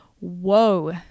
Whoa